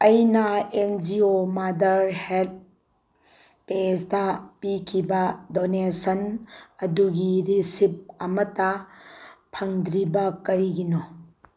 ꯑꯩꯅ N G O mother ꯍꯦꯠ ꯄꯦꯖꯇ ꯄꯤꯈꯤꯕ ꯗꯣꯅꯦꯁꯟ ꯑꯗꯨꯒꯤ ꯔꯤꯁꯤꯞ ꯑꯃꯇ ꯐꯪꯗ꯭ꯔꯤꯕ ꯀꯔꯤꯒꯤꯅꯣ